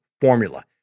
formula